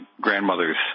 grandmother's